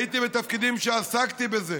הייתי בתפקידים שבהם עסקתי בזה